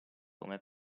come